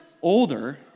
older